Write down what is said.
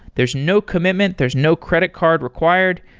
there's no commitment. there's no credit card required.